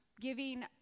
giving